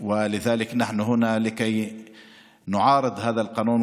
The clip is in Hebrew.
ולכן אנחנו פה להתנגד לחוק הזה,